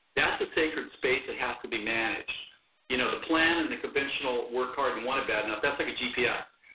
that's a sacred space that has to be managed you know the plan and the conventional work hard and want it bad enough that's like a gps.